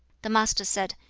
the master said,